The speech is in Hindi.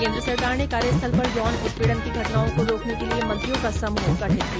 केन्द्र सरकार ने कार्यस्थल पर यौन उत्पीडन की घटनाओं को रोकने के लिये मंत्रियों का समूह गठित किया